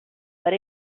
per